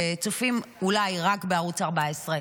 וצופים אולי רק בערוץ 14,